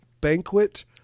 banquet